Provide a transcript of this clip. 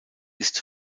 ist